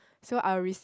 so I'll rec~